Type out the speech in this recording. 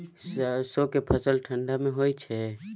सरसो के फसल ठंडा मे होय छै?